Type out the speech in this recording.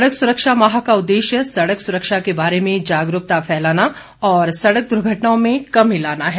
सड़क सुरक्षा माह का उद्देश्य सड़क सुरक्षा के बारे में जागरूकता फैलाना और सड़क द्र्घटनाओं में कमी लाना है